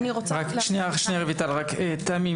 תמי,